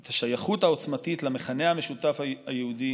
את השייכות העוצמתית למכנה המשותף היהודי